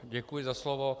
Děkuji za slovo.